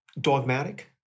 dogmatic